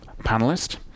panelist